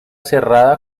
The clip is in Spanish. cerrada